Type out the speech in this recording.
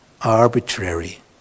arbitrary